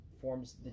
forms